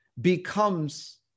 becomes